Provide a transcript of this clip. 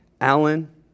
Alan